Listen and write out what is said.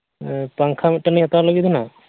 ᱦᱮᱸ ᱯᱟᱝᱠᱷᱟ ᱢᱤᱫᱴᱮᱱ ᱞᱤᱧ ᱦᱟᱛᱟᱣ ᱞᱟᱹᱜᱤᱫ ᱦᱟᱸᱜ